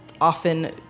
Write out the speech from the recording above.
often